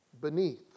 beneath